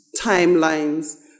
timelines